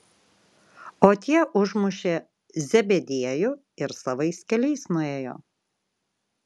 o tie užmušė zebediejų ir savais keliais nuėjo